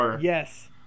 Yes